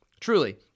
Truly